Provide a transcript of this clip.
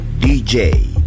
DJ